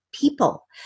people